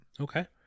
Okay